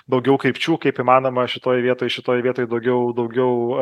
daugiau krypčių kaip įmanoma šitoj vietoj šitoj vietoj daugiau daugiau